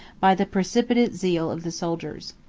by the precipitate zeal of the soldiers.